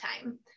time